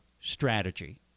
strategy